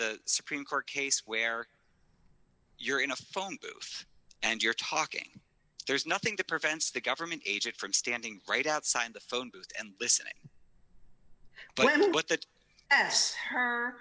the supreme court case where you're in a phone booth and you're talking there's nothing that prevents the government agent from standing right outside the phone booth and listening